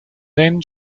then